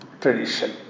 Tradition